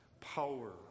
power